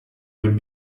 would